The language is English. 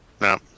No